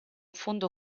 fondo